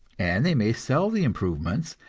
and they may sell the improvements,